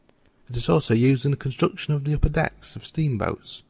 it is also used in the construction of the upper decks of steamboats,